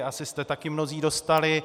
Asi jste taky mnozí dostali.